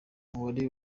uwari